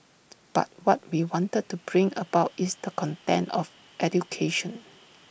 but what we wanted to bring about is the content of education